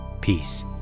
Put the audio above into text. Peace